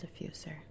diffuser